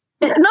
No